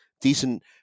decent